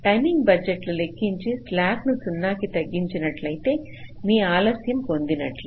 timing బడ్జెట్లు లెక్కించి స్లాక్లను 0 కి తగ్గినట్లయితే మీ లక్ష్యం పొందినట్లే